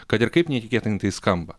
kad ir kaip neįtikėtinai tai skamba